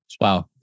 Wow